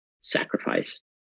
sacrifice